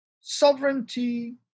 sovereignty